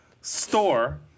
store